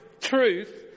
truth